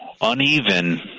uneven